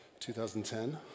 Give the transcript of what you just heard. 2010